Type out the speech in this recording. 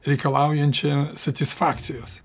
reikalaujančia satisfakcijos